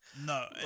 No